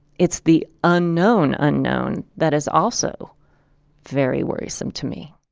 it's the unknown unknown that is also very worrisome to me